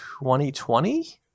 2020